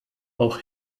auch